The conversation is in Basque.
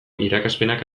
irakaspenak